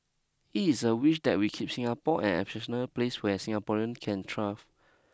it is a wish that we keep Singapore an exceptional place where Singaporean can thrive